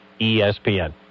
ESPN